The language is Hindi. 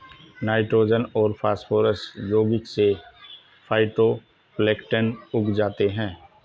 नाइट्रोजन और फास्फोरस यौगिक से फाइटोप्लैंक्टन उग जाते है